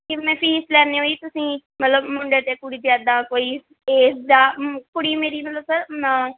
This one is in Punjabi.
ਕਿਵੇਂ ਫੀਸ ਲੈਂਦੇ ਹੋ ਜੀ ਤੁਸੀਂ ਮਤਲਬ ਮੁੰਡੇ ਅਤੇ ਕੁੜੀ ਦੀ ਇੱਦਾਂ ਕੋਈ ਇਸਦਾ ਕੁੜੀ ਮੇਰੀ ਮਤਲਬ ਸਰ